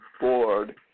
board